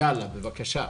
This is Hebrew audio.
בבקשה.